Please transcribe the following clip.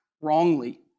wrongly